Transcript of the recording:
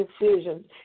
decisions